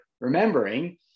remembering